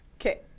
Okay